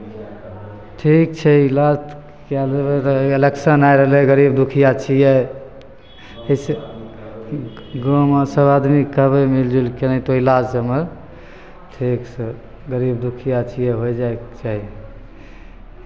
ठीक छै इलाज कए रहलै इलेक्शन आय रहलै गरीब दुखिया छियै अइसे गाँवमे सभ आदमी कहबै मिलि जुलि कऽ नहि तऽ इलाज तऽ हमर ठीकसँ गरीब दुखिया छियै होय जायके चाही